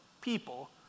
people